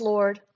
Lord